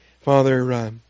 Father